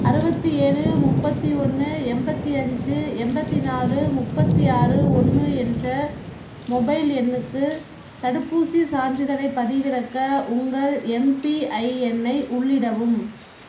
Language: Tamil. அறுபத்தி ஏழு முப்பத்தி ஒன்று எண்பத்தி அஞ்சு எண்பத்தி நாலு முப்பத்தி ஆறு ஒன்று என்ற மொபைல் எண்ணுக்கு தடுப்பூசிச் சான்றிதழைப் பதிவிறக்க உங்கள் எம்பிஐஎன் ஐ உள்ளிடவும்